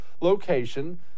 location